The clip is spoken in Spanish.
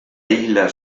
isla